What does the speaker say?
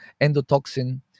endotoxin